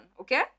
okay